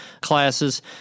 classes